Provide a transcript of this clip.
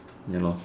ya lor